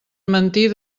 mentir